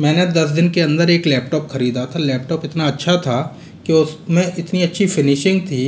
मैंने दस दिन के अंदर एक लैपटॉप खरीदा था लैपटॉप इतना अच्छा था कि उसमें इतनी अच्छी फिनिशिंग थी